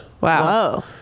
Wow